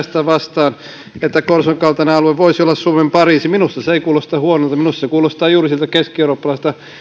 sitä vastaan että korson kaltainen alue voisi olla suomen pariisi minusta se ei kuulosta huonolta minusta se kuulostaa juuri siltä keskieurooppalaiselta